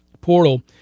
portal